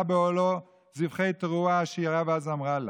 באהלו זבחי תרועה אשירה ואזמרה לה'.